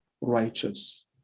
righteous